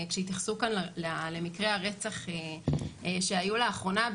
כשהתייחסו כאן למקרי הרצח שהיו לאחרונה,